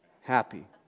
happy